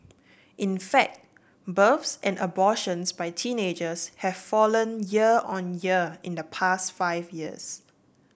in fact births and abortions by teenagers have fallen year on year in the past five years